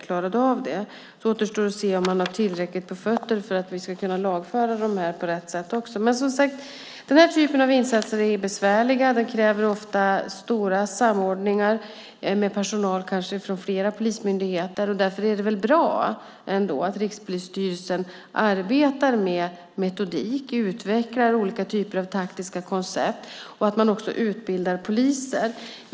Nu återstår att se om man har tillräckligt på fötterna för att vi ska kunna lagföra dem på rätt sätt. Den typen av insatser är, som sagt, besvärliga. De kräver ofta stor samordning med personal från kanske flera polismyndigheter. Därför är det bra att Rikspolisstyrelsen arbetar med metodik, utvecklar olika typer av taktiska koncept och även utbildar poliser.